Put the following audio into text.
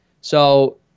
So-